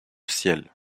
ciel